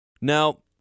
Now